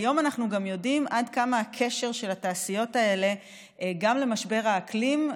היום אנחנו גם יודעים עד כמה הקשר של התעשיות האלה למשבר האקלים,